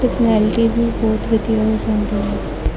personality ਵੀ ਬਹੁਤ ਵਧੀਆ ਹੋ ਜਾਂਦੀ ਹੈ